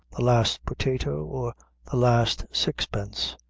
the last potato, or the last six-pence,